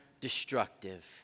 destructive